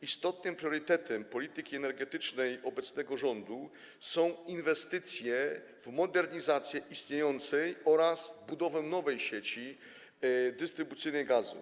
Istotnym priorytetem polityki energetycznej obecnego rządu są inwestycje w modernizację istniejącej oraz budowę nowej sieci dystrybucyjnej gazu.